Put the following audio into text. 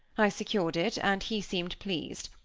i secured it, and he seemed pleased,